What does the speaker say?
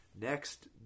Next